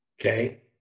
Okay